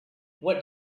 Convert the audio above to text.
what